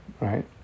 Right